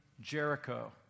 Jericho